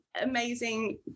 amazing